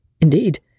Indeed